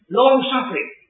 long-suffering